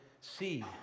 see